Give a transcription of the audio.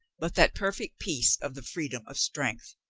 but that perfect peace of the freedom of strength.